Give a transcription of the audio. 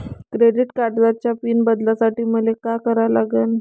Credit कार्डाचा pin बदलासाठी मले का करा लागन?